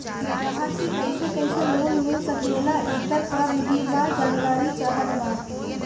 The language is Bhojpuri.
ग्राहक के कैसे कैसे लोन मिल सकेला येकर का विधि बा जानकारी चाहत बा?